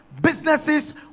businesses